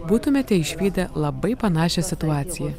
būtumėte išvydę labai panašią situaciją